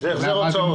איך זה מוגדר?